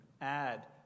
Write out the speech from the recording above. add